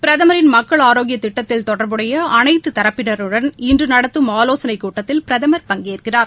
பிரதமின் மக்கள் ஆரோக்கிய திட்டத்தில் தொடர்புடைய அனைத்து தரப்பினருடனும் இன்று நடத்தும் ஆலோசனைக் கூட்டத்தில் பிரதமர் பங்கேற்கிறார்